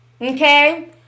okay